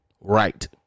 right